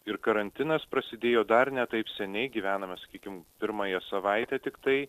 ir karantinas prasidėjo dar ne taip seniai gyvename sakykim pirmąją savaitę tiktai